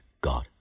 God